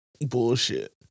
bullshit